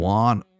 one